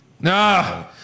No